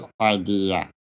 idea